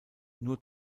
nur